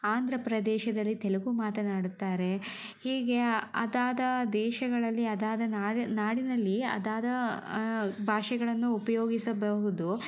ಆಂಧ್ರ ಪ್ರದೇಶದಲ್ಲಿ ತೆಲುಗು ಮಾತನಾಡುತ್ತಾರೆ ಹೀಗೆ ಅದಾದ ದೇಶಗಳಲ್ಲಿ ಅದಾದ ನಾಡಿ ನಾಡಿನಲ್ಲಿ ಅದಾದ ಭಾಷೆಗಳನ್ನು ಉಪಯೋಗಿಸಬಹುದು